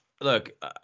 look